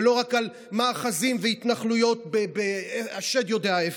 ולא רק על מאחזים והתנחלויות השד יודע איפה,